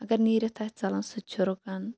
اگر نیٖرِتھ آسہِ ژَلان سُہ تہِ چھُ رُکان